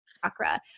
chakra